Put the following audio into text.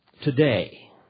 today